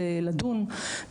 שלום חברות וחברים,